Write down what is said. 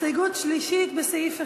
הסתייגות שלישית לסעיף 1,